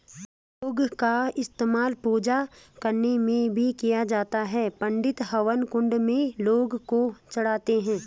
लौंग का इस्तेमाल पूजा करने में भी किया जाता है पंडित हवन कुंड में लौंग को चढ़ाते हैं